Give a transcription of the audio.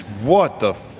what the?